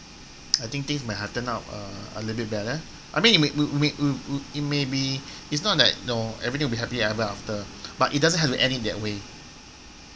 I think things might have turned out uh a little bit better I mean it may be it's not that know everything will be happy ever after but it doesn't have to end it that way